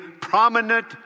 prominent